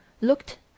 looked